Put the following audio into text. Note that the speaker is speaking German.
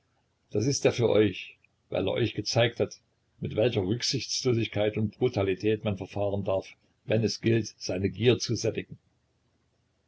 das ist er nur für euch weil er euch gezeigt hat mit welcher rücksichtslosigkeit und brutalität man verfahren darf wenn es gilt seine gier zu sättigen